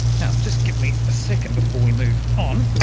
now just give me a second before we move on.